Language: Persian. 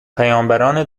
پیامبران